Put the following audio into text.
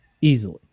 easily